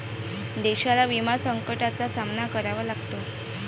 देशाला विमा संकटाचा सामना करावा लागला आहे